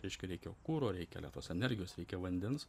reiškia reikia kuro reikia elektros energijos reikia vandens